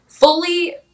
Fully